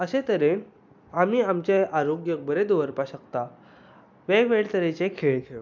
अशे तरेन आमी आमचें आरोग्य बरें दवरपाक शकता वेगवेगळे तरेचे खेळ खेळून